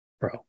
bro